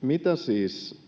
mitä